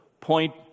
point